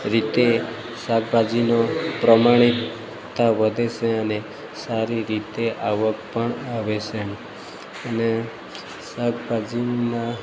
રીતે શાકભાજીનો પ્રમાણિકતા વધે છે અને સારી રીતે આવક પણ આવે છે એમ અને શાકભાજીમાં